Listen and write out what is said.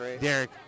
Derek